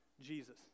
Jesus